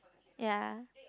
ya